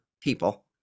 people